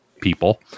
people